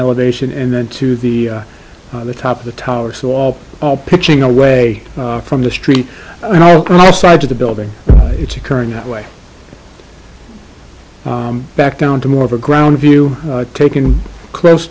elevation and then to the the top of the tower so all all pitching away from the street side to the building it's occurring that way back down to more of a ground view taken close